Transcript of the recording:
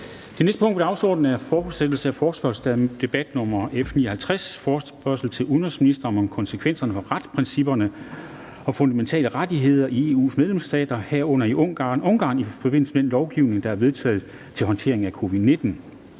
Fortsættelse af forespørgsel nr. F 59 [afstemning]: Forespørgsel til udenrigsministeren om konsekvenser for retsstatsprincipper og fundamentale rettigheder i EU's medlemslande, herunder i Ungarn i forbindelse med den lovgivning, der er vedtaget til håndteringen af covid-19.